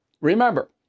remember